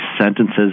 sentences